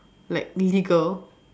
like legal